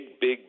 big